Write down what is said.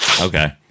Okay